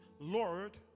Lord